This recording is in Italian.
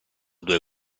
due